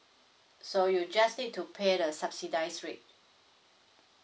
so you just need to pay the subsidized rate